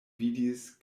vidis